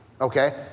okay